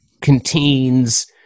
contains